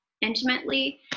intimately